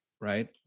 right